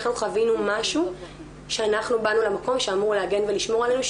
אנחנו חווינו משהו שאנחנו באנו למקום שאמור להגן ולשמור עלינו.